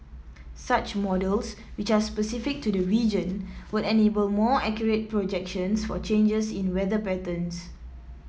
such models which are specific to the region would enable more accurate projections for changes in weather patterns